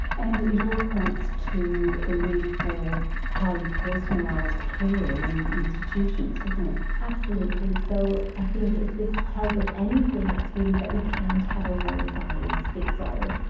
and it all points to the need for highly personalised care in institutions, doesn't it. absolutely, so i think if this tells us anything it's really that we can't have a one size fits all.